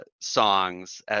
songs